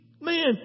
Man